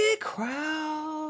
crowd